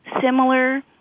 similar